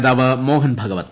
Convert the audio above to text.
നേതാവ് മോഹൻ ഭഗവത്